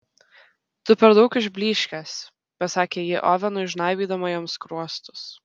tu per daug išblyškęs pasakė ji ovenui žnaibydama jam skruostus